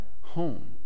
home